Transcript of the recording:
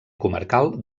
comarcal